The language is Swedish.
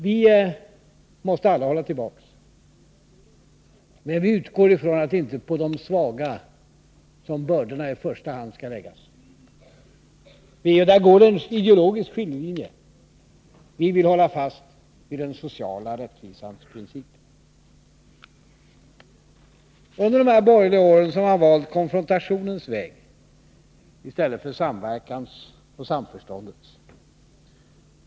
Vi måste alla hålla tillbaka utgifterna. Men vi utgår ifrån att det inte är på de svaga som bördorna i första hand skall läggas. Där går en ideologisk skiljelinje. Vi vill hålla fast vid den sociala rättvisans princip. Under de här borgerliga åren har man valt konfrontationens väg i stället för samverkans och samförståndets.